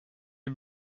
est